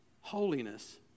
holiness